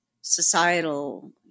societal